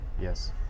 Yes